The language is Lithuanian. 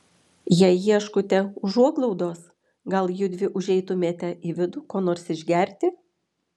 jei ieškote užuoglaudos gal judvi užeitumėte į vidų ko nors išgerti